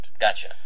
Gotcha